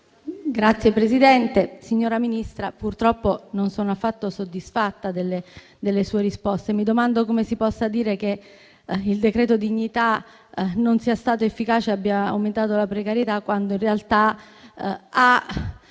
*(M5S)*. Signor Ministro, purtroppo non sono affatto soddisfatta delle risposte. Mi domando come si possa dire che il decreto dignità non sia stato efficace e abbia aumentato la precarietà quando, in realtà, ha